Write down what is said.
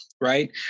right